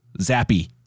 Zappy